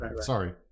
sorry